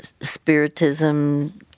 spiritism